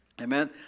Amen